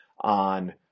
on